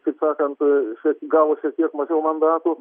kaip sakant čia gavusių kiek mažiau mandatų